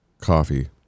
coffee